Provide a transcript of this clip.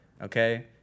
Okay